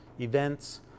events